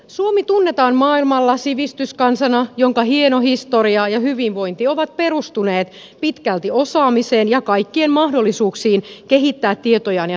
suomi tunnetaan maailmalla sivistyskansana jonka hieno historia ja hyvinvointi ovat perustuneet pitkälti osaamiseen ja kaikkien mahdollisuuksiin kehittää tietojaan ja taitojaan